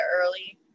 early